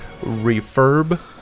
refurb